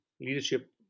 leadership